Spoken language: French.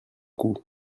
coup